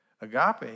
Agape